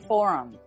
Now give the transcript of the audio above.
Forum